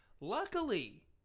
Luckily